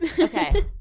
Okay